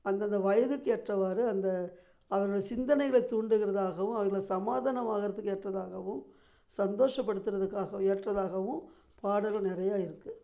அந்தந்த வயதுக்கு ஏற்றவாறு அந்த அவர்களுடைய சிந்தனைகளை தூண்டுகிறதாகவும் அவிங்கள சமாதானமாகிறதுக்கு ஏற்றதாகவும் சந்தோஷப்படுத்துகிறதுக்குக்காக ஏற்றதாகவும் பாடல்கள் நிறையா இருக்குது